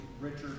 Richard